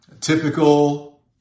typical